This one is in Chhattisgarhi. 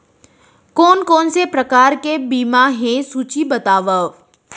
कोन कोन से प्रकार के बीमा हे सूची बतावव?